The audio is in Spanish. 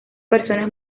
personas